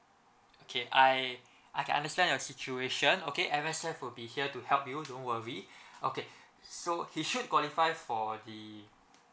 okay I I can understand your situation okay M_S_F will be here to help you don't worry okay so he should qualify for the